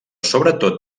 sobretot